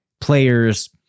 players